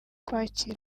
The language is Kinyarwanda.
kwakira